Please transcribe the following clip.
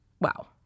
wow